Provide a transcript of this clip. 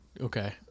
okay